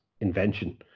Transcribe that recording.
invention